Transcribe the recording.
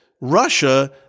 Russia